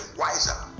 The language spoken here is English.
wiser